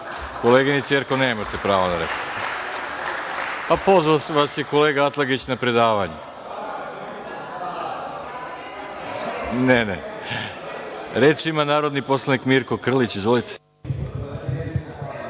Koleginice Jerkov nemate pravo na reč. Pozvao vas je kolega Atlagić na predavanje. Ne, ne. Reč ima narodni poslanik Mirko Krlić. Izvolite.